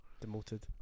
demoted